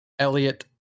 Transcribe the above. Elliot